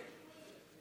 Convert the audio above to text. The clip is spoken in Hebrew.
חכה.